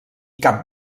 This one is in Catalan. cap